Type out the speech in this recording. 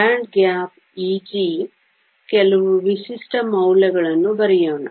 band gap Eg ಕೆಲವು ವಿಶಿಷ್ಟ ಮೌಲ್ಯಗಳನ್ನು ಬರೆಯೋಣ